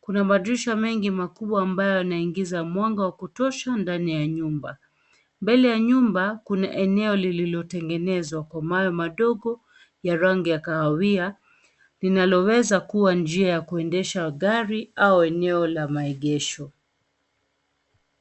Kuna madirisha mengi makubwa ambayo yanaingiza mwanga wa kutosha ndani ya nyumba. Mbele ya nyumba, kuna eneo lililotengenezwa kwa mawe madogo ya rangi ya kahawia linaloweza kuwa njia ya kuendesha gari au eneo la maegesho.